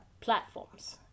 platforms